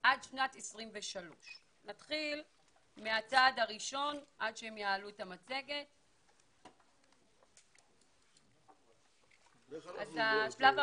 עד שנת 2023. תנסי להתייחס